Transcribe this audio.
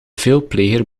veelpleger